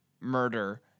murder